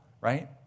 right